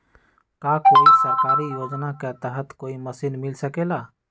का कोई सरकारी योजना के तहत कोई मशीन मिल सकेला?